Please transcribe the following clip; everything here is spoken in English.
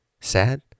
sad